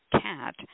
cat